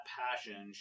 passion